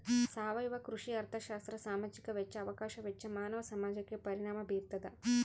ಸಾವಯವ ಕೃಷಿ ಅರ್ಥಶಾಸ್ತ್ರ ಸಾಮಾಜಿಕ ವೆಚ್ಚ ಅವಕಾಶ ವೆಚ್ಚ ಮಾನವ ಸಮಾಜಕ್ಕೆ ಪರಿಣಾಮ ಬೀರ್ತಾದ